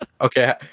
Okay